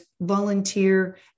volunteer